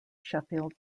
sheffield